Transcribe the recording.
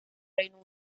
reino